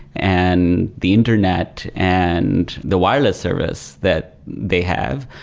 and the internet, and the wireless service that they have.